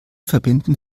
verbinden